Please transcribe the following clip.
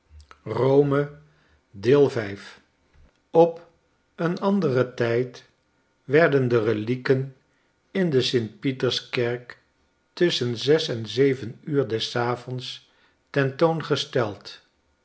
op een anderen tijd werden de relieken in de st pieterskerk tusschen zes en zeven uur des avonds ten toon gesteld